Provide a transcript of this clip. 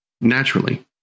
naturally